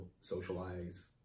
socialize